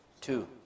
Two